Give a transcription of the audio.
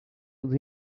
els